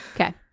Okay